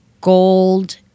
gold